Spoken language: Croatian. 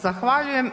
Zahvaljujem.